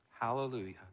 Hallelujah